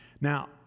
now